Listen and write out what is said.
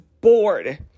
bored